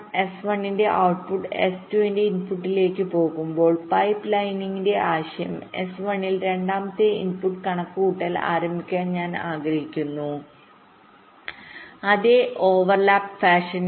ഇപ്പോൾ ഈ S1 S1 ന്റെ ഔട്ട്പുട് S2 ന്റെ ഇൻപുട്ടിലേക്ക് പോകുമ്പോൾ പൈപ്പ് ലൈനിംഗിന്റെ ആശയം എസ് 1 ൽ രണ്ടാമത്തെ ഇൻപുട്ട് കണക്കുകൂട്ടൽ ആരംഭിക്കാൻ ഞാൻ ആഗ്രഹിക്കുന്നു അതേ ഓവർ ലാപ് ഫാഷനിൽ